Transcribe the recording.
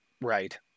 Right